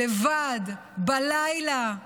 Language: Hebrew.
לבד בלילה.